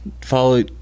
follow